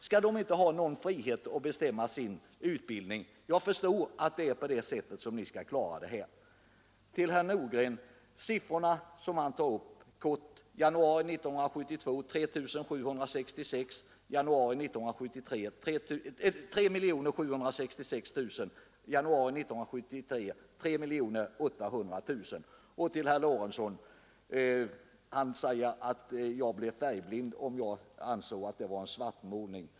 Skall människor inte ha någon frihet att bestämma sin utbildning? Jag förstår att det är på det sättet ni skall klara det här. Helt kort till herr Nordgren, som talar om siffror: I januari 1972 var det 3 766 000 som hade arbete, i januari 1973 var det 3 800 000. Herr Lorentzon säger att jag är färgblind om jag anser att hans beskrivning var en svartmålning.